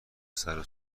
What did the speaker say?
صداها